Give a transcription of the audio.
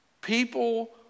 People